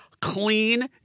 Clean